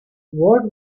what